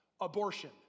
abortion